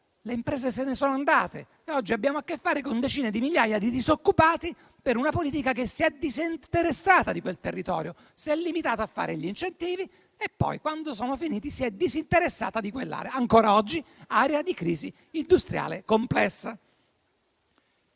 le imprese sono andate via e oggi abbiamo a che fare con decine di migliaia di disoccupati per una politica che si è disinteressata di quel territorio, ma si è limitata a fare gli incentivi e poi, quando sono finiti, si è disinteressata di quell'area, che ancora oggi è di crisi industriale complessa.